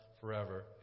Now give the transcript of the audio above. forever